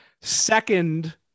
Second